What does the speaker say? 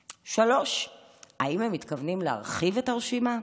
3. האם הם מתכוונים להרחיב את הרשימה?